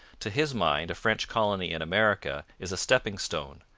to his mind a french colony in america is a stepping-stone,